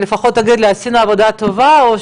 תגידו לנו אם עשינו עבודה טובה או